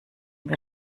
wir